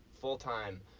full-time